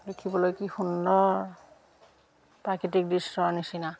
দেখিবলৈ কি সুন্দৰ প্ৰাকৃতিক দৃশ্যৰ নিচিনা